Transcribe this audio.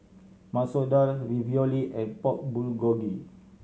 Masoor Dal Ravioli and Pork Bulgogi